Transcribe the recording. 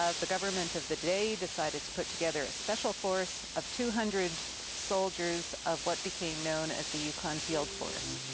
ah the government of the day decided to put together a special force of two hundred soldiers of what became known as the yukon field force.